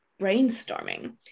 brainstorming